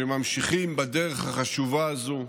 שממשיכים בדרך החשובה הזו.